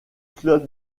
club